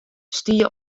stie